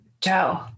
Joe